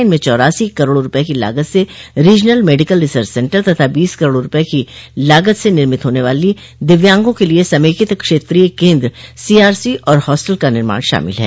इनमें चौरासी करोड़ रूपये की लागत से रोजनल मेडिकल रिसर्च सेन्टर तथा बीस करोड़ रूपये की लागत से निर्मित होने वाली दिव्यागों के लिए समेकित क्षेत्रीय केन्द्र सी आरसी और हास्टल का निर्माण शामिल है